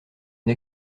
une